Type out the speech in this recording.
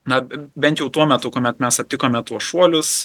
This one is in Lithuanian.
na bent jau tuo metu kuomet mes aptikome tuos šuolius